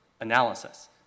analysis